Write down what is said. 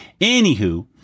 anywho